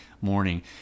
morning